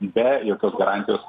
be jokios garantijos